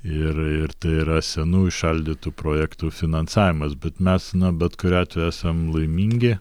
ir ir tai yra senų įšaldytų projektų finansavimas bet mes na bet kuriuo atveju esam laimingi